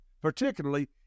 particularly